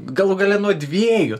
galų gale nuo dviejų